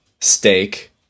steak